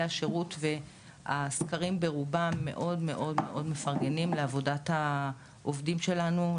השירות והסקרים ברובם מאוד מאוד מפרגנים לעבודת העובדים שלנו,